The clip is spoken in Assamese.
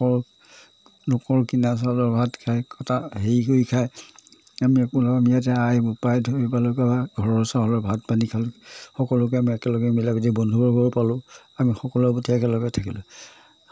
লোকৰ কিনা চাউলৰ ভাত খায় কটা হেৰি কৰি খায় আমি একো আমি আই বোপায় ধৰি পালো কিবা ঘৰৰ চাউলৰ ভাত পানী খালো সকলোকে আমি একেলগে মিলা যদি বন্ধুবৰ্গ পালোঁ আমি সকলোৰে প্ৰতি একেলগে থাকিলোঁ